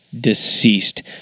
deceased